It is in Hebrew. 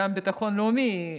גם ביטחון לאומי.